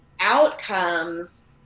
outcomes